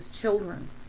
children